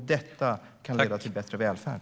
Detta kan leda till bättre välfärd.